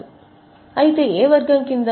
మరియు అవును అయితే ఏ వర్గం కింద